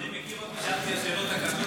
אדוני מכיר אותי, שאלתי את השאלות הקשות תמיד.